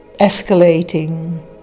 escalating